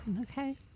Okay